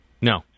No